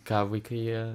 ką vaikai jie